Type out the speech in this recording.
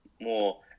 more